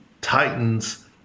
Titans